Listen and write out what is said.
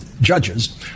judges